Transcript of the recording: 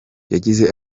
yagize